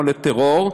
או לטרור.